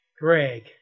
Greg